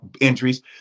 injuries